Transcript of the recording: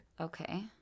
Okay